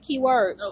keywords